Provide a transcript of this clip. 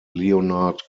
leonard